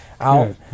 out